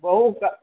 बहु क